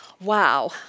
Wow